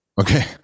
Okay